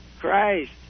Christ